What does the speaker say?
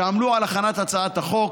שעמלו על הכנת הצעת החוק,